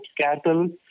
cattle